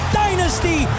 dynasty